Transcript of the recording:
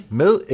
med